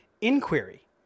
inquiry